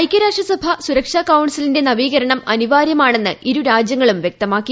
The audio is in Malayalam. ഐക്യരാഷ്ട്രസഭ സുരക്ഷ കൌൺസിലിന്റെ നവീകരണം അനിവാര്യമാണെന്ന് ഇരു രാജ്യങ്ങളും വ്യക്തമാക്കി